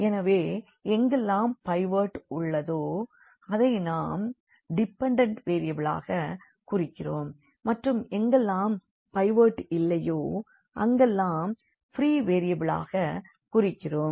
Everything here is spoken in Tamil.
எனவே எங்கெல்லாம் பைவோட் உள்ளதோ அதை நாம் டிபன்டண்ட் வேரியபிளாக குறிக்கிறோம் மற்றும் எங்கெல்லாம் பைவோட் இல்லையோ அங்கெல்லாம் ப்ரீ வேரியபிளாக குறிக்கிறோம்